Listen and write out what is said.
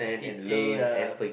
did they uh